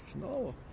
no